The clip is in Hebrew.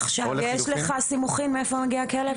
עכשיו יש לך סימוכין מאיפה מגיע הכלב?